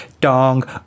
dong